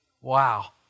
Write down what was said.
Wow